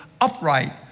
upright